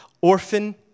orphan